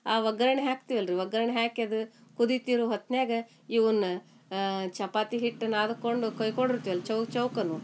ಆ ಒಗ್ಗರ್ಣಿ ಹಾಕ್ತೀವಲ್ಲ ರೀ ಒಗ್ಗರ್ಣೆ ಹಾಕಿ ಅದು ಕುದಿತಿರೋ ಹೊತ್ನಾಗ ಇವನ್ನು ಚಪಾತಿ ಹಿಟ್ಟು ನಾದಿಕೊಂಡು ಕೊಯ್ಕೊಂಡಿರ್ತೀವಲ್ಲ ಚೌಕ ಚೌಕನ